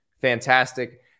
fantastic